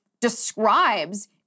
describes